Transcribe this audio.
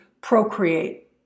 procreate